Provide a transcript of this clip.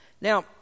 Now